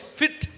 fit